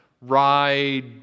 ride